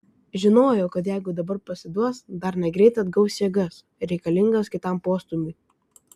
žinojo kad jeigu dabar pasiduos dar negreit atgaus jėgas reikalingas kitam postūmiui